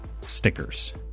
stickers